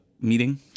meeting